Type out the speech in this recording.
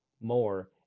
more